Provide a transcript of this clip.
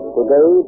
Today